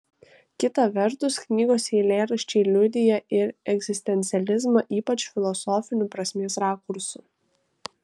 kita vertus knygos eilėraščiai liudija ir egzistencializmą ypač filosofiniu prasmės rakursu